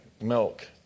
milk